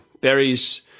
berries